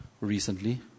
recently